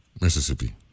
mississippi